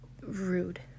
rude